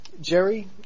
Jerry